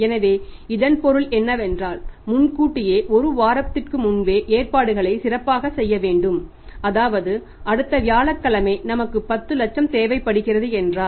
எனவே இதன் பொருள் என்னவென்றால் முன்கூட்டியே ஒரு வாரத்திற்கு முன்பே ஏற்பாடுகளைச் சிறப்பாகச் செய்ய வேண்டும் அதாவது அடுத்த வியாழக்கிழமை நமக்கு 10 இலட்சம் தேவைப்படுகிறது என்றால்